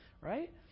right